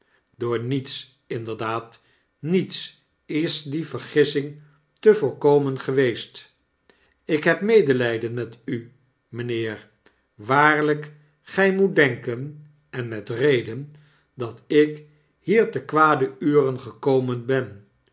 door niets inderdaad niets is die vergissing te voorkomen geweest ik heb medelyden met u mynheer waarlijk gy moet denken en met reden dat ik hier ter kwade ure gekomen ben